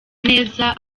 neza